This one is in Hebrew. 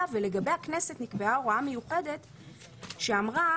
ולגבי הכנסת נקבעה הוראה מיוחדת שאמרה,